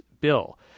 bill